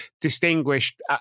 distinguished